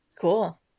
cool